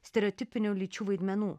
stereotipinių lyčių vaidmenų